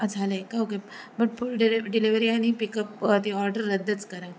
झालं आहे का okay but full delay delivery आणि पिकअप ती ऑर्डर रद्दच करा